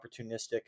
opportunistic